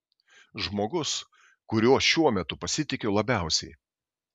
žmogus kuriuo šiuo metu pasitikiu labiausiai